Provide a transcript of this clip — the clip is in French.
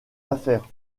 affaire